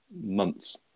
months